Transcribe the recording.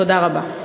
תודה רבה.